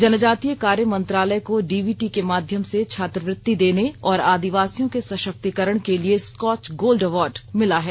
जनजातीय कार्य मंत्रालय को डीबीटी के माध्यम से छात्रवृत्ति देने और आदिवासियों के सशक्तीकरण के लिए स्कॉच गोल्ड अवॉर्ड मिला है